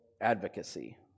advocacy